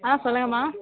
ஆ சொல்லுங்கமா